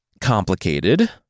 complicated